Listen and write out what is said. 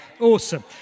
Awesome